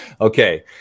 Okay